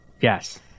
Yes